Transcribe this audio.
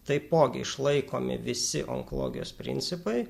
taipogi išlaikomi visi onkologijos principai